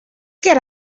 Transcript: get